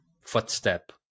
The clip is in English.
footstep